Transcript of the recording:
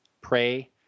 pray